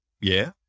Yeah